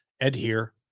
adhere